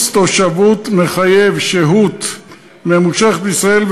ביסוס תושבות מחייב שהות ממושכת בישראל,